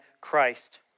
Christ